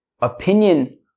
opinion